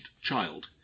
Child